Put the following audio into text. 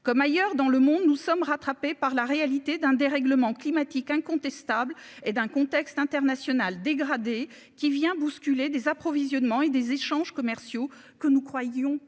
comme ailleurs dans le monde, nous sommes rattrapés par la réalité d'un dérèglement climatique incontestable et d'un contexte international dégradé qui vient bousculer des approvisionnements et des échanges commerciaux que nous croyons